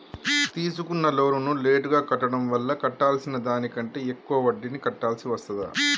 తీసుకున్న లోనును లేటుగా కట్టడం వల్ల కట్టాల్సిన దానికంటే ఎక్కువ వడ్డీని కట్టాల్సి వస్తదా?